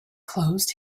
closed